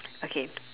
okay